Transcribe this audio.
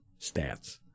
Stats